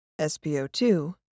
SpO2